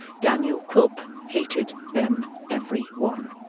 daniel quilp hated them every one.